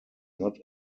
not